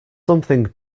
something